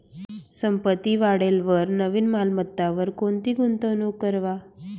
संपत्ती वाढेलवर नवीन मालमत्तावर कोणती गुंतवणूक करवा